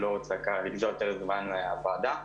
אני לא רוצה לגזול זמן מהוועדה.